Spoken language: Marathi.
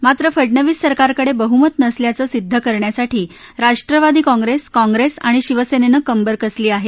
मात्र फडनवीस सरकारकडे बहुमत नसल्याचं सिद्ध करण्यासाठी राष्ट्रवादी काँग्रेस काँग्रेस आणि शिवसेनेनं कंबर कसली आहे